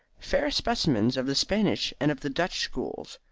fair specimens of the spanish and of the dutch schools.